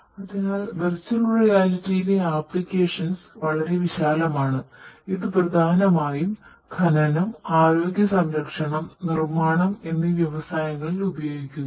അതിനാൽ വെർച്വൽ റിയാലിറ്റിയിലെ വളരെ വിശാലമാണ് ഇത് പ്രധാനമായും ഖനനം ആരോഗ്യ സംരക്ഷണം നിർമ്മാണം എന്നീ വ്യവസാങ്ങളിൽ ഉപയോഗിക്കുന്നു